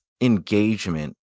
engagement